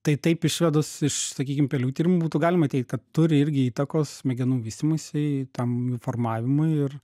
tai taip išvedus iš sakykim pelių tyrimų būtų galima teigt kad turi irgi įtakos smegenų vystymuisi tam jų formavimui ir